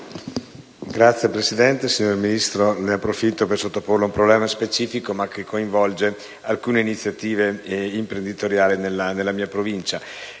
Signora Presidente, signor Ministro, approfitto per sottoporle un problema specifico, ma che coinvolge alcune iniziative imprenditoriali nella mia Provincia.